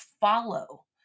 follow